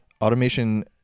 automation